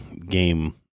game